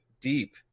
deep